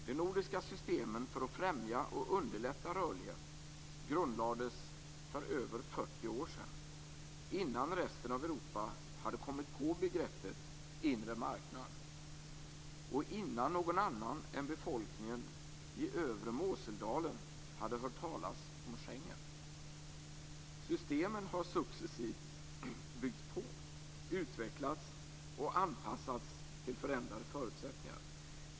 De nordiska systemen för att främja och underlätta rörlighet grundlades för över 40 år sedan, innan resten av Europa hade kommit på begreppet inre marknad och innan någon annan än befolkningen i övre Moseldalen hade hört talat om Schengen. Systemen har successivt byggts på, utvecklats och anpassats till förändrade förutsättningar.